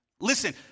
Listen